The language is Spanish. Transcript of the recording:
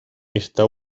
esta